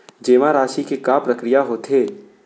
जेमा राशि के का प्रक्रिया होथे?